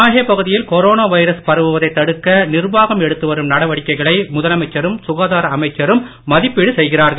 மாஹே பகுதியில் corona virus பரவுவதை தடுக்க நிர்வாகம் எடுத்து வரும் நடவடிக்கைகளை முதலமைச்சரும் சுகாதார அமைச்சரும் மதிப்பீடு செய்கிறார்கள்